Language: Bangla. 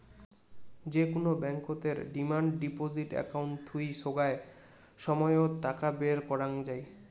যে কুনো ব্যাংকতের ডিমান্ড ডিপজিট একাউন্ট থুই সোগায় সময়ত টাকা বের করাঙ যাই